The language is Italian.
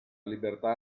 libertà